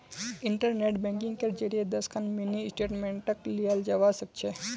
internet बैंकिंगेर जरियई स दस खन मिनी स्टेटमेंटक लियाल जबा स ख छ